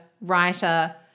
writer